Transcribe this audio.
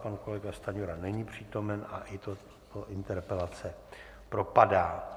Pan kolega Stanjura není přítomen a i tato interpelace propadá.